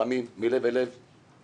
החמים מלב אל לב בעניין.